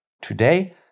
today